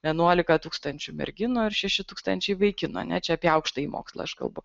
vienuolika tūkstančių merginų ir šeši tūkstančiai vaikinų a ne čia apie aukštąjį mokslą aš kalbu